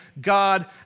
God